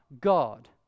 God